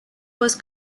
was